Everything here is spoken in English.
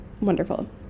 wonderful